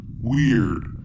weird